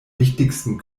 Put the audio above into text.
wichtigsten